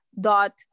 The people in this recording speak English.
dot